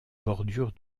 bordure